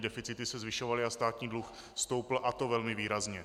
Deficity se zvyšovaly a státní dluh stoupl, a to velmi výrazně.